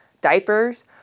diapers